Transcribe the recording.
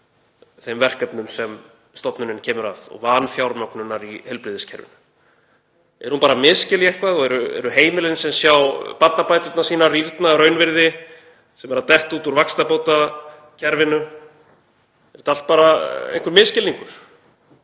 þeim verkefnum sem stofnunin kemur að og vanfjármögnunar í heilbrigðiskerfinu? Er hún bara að misskilja eitthvað og heimilin sem sjá barnabætur sínar rýrna að raunvirði, sem eru að detta út úr vaxtabótakerfinu — er þetta allt bara einhver misskilningur,